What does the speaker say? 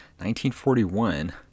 1941